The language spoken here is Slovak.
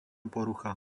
porucha